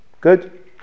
Good